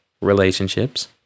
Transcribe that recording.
relationships